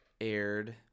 aired